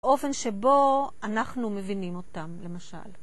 באופן שבו אנחנו מבינים אותם, למשל.